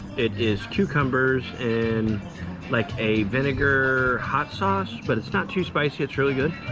it is cucumbers and like a vinegar hot sauce, but it's not too spicy. it's really good.